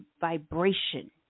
vibration